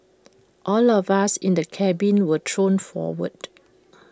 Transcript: all of us in the cabin were thrown forward